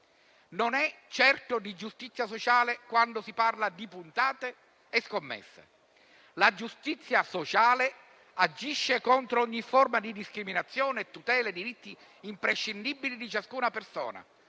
Non è certo di giustizia sociale che si parla quando si parla di puntate e scommesse. La giustizia sociale agisce contro ogni forma di discriminazione e tutela i diritti imprescindibili di ciascuna persona.